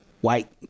white